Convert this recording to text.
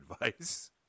advice